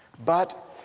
but